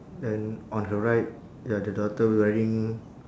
and on her right ya the daughter wearing